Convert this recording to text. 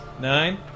Nine